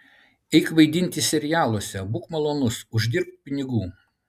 eik vaidinti serialuose būk malonus uždirbk pinigų